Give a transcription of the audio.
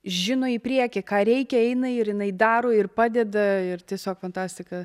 žino į priekį ką reikia eina ir jinai daro ir padeda ir tiesiog fantastika